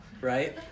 right